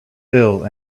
ill